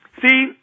see